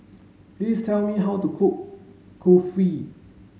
please tell me how to cook Kulfi